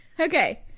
Okay